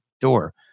door